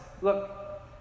Look